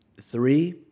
three